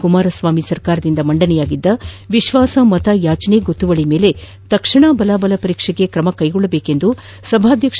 ಕುಮಾರಸ್ಲಾಮಿ ಸರ್ಕಾರದಿಂದ ಮಂಡನೆಯಾಗಿದ್ದ ವಿಶ್ಲಾಸಮತ ಯಾಚನೆ ಗೊತ್ತುವಳಿ ಮೇಲೆ ತಕ್ಷಣ ಬಲಾಬಲ ಪರೀಕ್ಷೆಗೆ ಕ್ರಮ ಕೈಗೊಳ್ಳುವಂತೆ ಸಭಾಧ್ಯಕ್ಷ ಕೆ